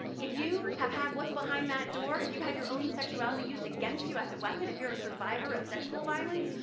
if you have had what's behind that door if you had your own sexuality used against you as a weapon, if you're a survivor of sexual violence,